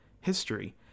history